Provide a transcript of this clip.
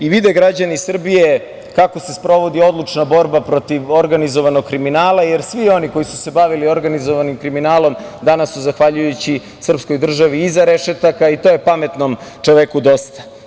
Vide građani Srbije kako se sprovodi odlučna borba protiv organizovanog kriminala, jer svi oni koji su se bavili organizovanim kriminalom danas su, zahvaljujući državi, iza rešetaka i to je pametnom čoveku dosta.